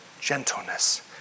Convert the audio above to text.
gentleness